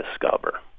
discover